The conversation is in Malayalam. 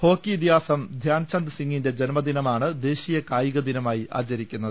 ഹോക്കി ഇതിഹാസം ധ്യാൻ ചന്ദ് സിംഗിന്റെ ജന്മദിനമാണ് ദേശീയ കായികദിനമായി ആചരിക്കുന്നത്